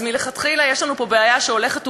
אז מלכתחילה יש לנו פה בעיה שהולכת וגדלה: